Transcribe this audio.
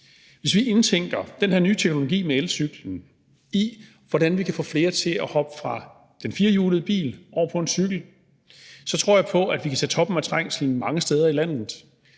Hvis vi indtænker den her nye teknologi med elcyklen i, hvordan vi kan få flere til at hoppe fra den firehjulede bil og over på en cykel, tror jeg på, at vi kan tage toppen af trængslen mange steder i landet.